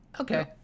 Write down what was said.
Okay